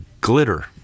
glitter